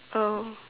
oh